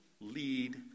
lead